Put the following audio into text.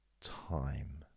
time